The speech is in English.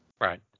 Right